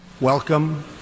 Welcome